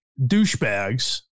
douchebags